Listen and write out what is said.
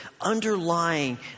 underlying